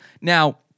Now